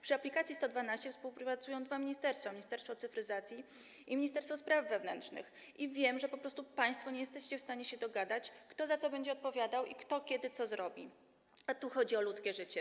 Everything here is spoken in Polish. Przy aplikacji 112 współpracują dwa ministerstwa - Ministerstwo Cyfryzacji i ministerstwo spraw wewnętrznych, i wiem, że państwo po prostu nie jesteście w stanie się dogadać, kto za co będzie odpowiadał i kto kiedy co zrobi, a tu chodzi o ludzkie życie.